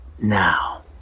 now